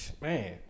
man